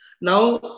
Now